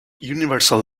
universal